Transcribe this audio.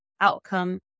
outcome